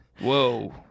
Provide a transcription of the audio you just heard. Whoa